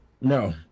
No